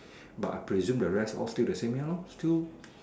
but I presume the rest all still the same ya lor still